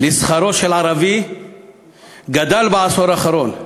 לשכרו של ערבי גדל בעשור האחרון: